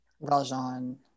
Valjean